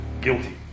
guilty